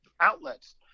outlets